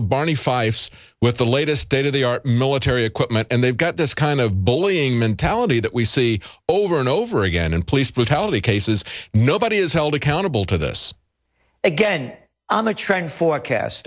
of barney fifes with the latest state of the our military equipment and they've got this kind of bullying mentality that we see over and over again and police brutality cases nobody is held accountable to this again on the trend forecast